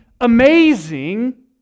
amazing